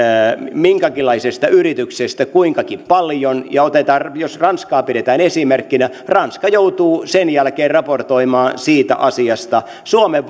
minkäkinlaisesta yrityksestä kuinkakin paljon ja jos ranskaa pidetään esimerkkinä ranska joutuu sen jälkeen raportoimaan siitä asiasta suomen